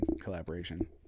collaboration